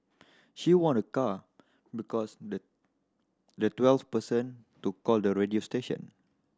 she won a car because the the twelfth person to call the radio station